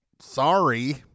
Sorry